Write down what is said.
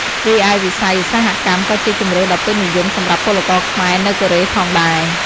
រីឯវិស័យឧស្សាហកម្មក៏ជាជម្រើសដ៏ពេញនិយមសម្រាប់ពលករខ្មែរនៅកូរ៉េផងដែរ ។